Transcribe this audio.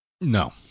No